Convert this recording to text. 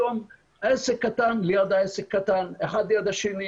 היום עסק קטן ליד עסק קטן, אחד ליד השני.